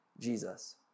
Jesus